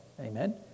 amen